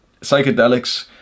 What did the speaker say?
psychedelics